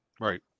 Right